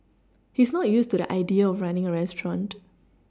he's not used to the idea of running a restaurant